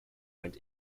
went